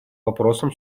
вопросам